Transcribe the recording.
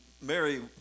Mary